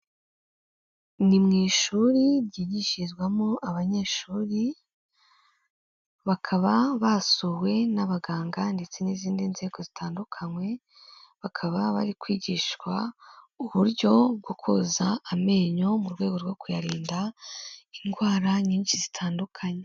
Ni mu ishuri ryigishizwamo abanyeshuri, bakaba basuwe n'abaganga ndetse n'izindi nzego zitandukanye, bakaba bari kwigishwa uburyo bwo koza amenyo mu rwego rwo kuyarinda indwara nyinshi zitandukanye.